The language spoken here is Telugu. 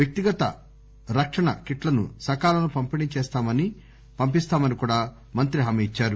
వ్యక్తిగత రక్షణా కిట్లను సకాలంలో పంపిస్తామని మంత్రి హామీ ఇచ్చారు